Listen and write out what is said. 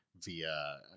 via